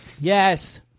Yes